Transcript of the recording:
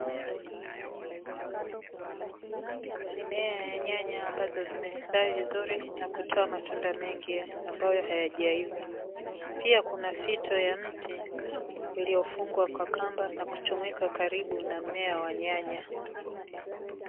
Mimea ya nyanya ambazo zime stawi vizuri na kutoa matunda mengi ambayo hayajaiva, pia kuna fito ya mti iliyofungwa kwa kamba na kuchomekwa karibu na mmea wa nyanya.